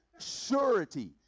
surety